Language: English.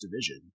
division